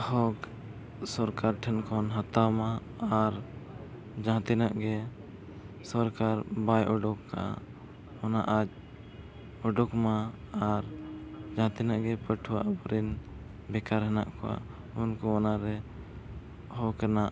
ᱦᱚᱠ ᱥᱚᱨᱠᱟᱨ ᱴᱷᱮᱱ ᱠᱷᱚᱱ ᱦᱟᱛᱟᱣ ᱢᱟ ᱟᱨ ᱡᱟᱦᱟᱸ ᱛᱤᱱᱟᱹᱜ ᱜᱮ ᱥᱚᱨᱠᱟᱨ ᱵᱟᱭ ᱩᱰᱩᱠᱟ ᱚᱱᱟ ᱟᱡ ᱩᱰᱩᱠ ᱢᱟ ᱟᱨ ᱡᱟᱦᱟᱸ ᱛᱤᱱᱟᱹᱜ ᱜᱮ ᱯᱟᱹᱴᱷᱣᱟᱹ ᱟᱵᱚᱨᱮᱱ ᱵᱮᱠᱟᱨ ᱦᱮᱱᱟᱜ ᱠᱚᱣᱟ ᱩᱱᱠᱩ ᱚᱱᱟᱨᱮ ᱦᱚᱠ ᱨᱮᱱᱟᱜ